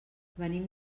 venim